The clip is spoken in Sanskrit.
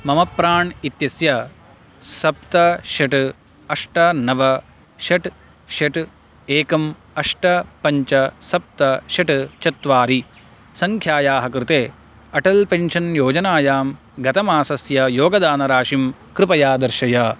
मम प्राण् इत्यस्य सप्त षट् अष्ट नव षट् षट् एकम् अष्ट पञ्च सप्त षट् चत्वारि सङ्ख्यायाः कृते अटल् पेन्शन् योजनायां गतमासस्य योगदानराशिं कृपया दर्शय